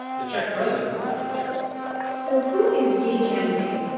the czech president obviously did so who is ye jianming,